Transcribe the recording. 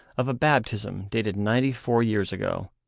of a baptism dated ninety-four years ago.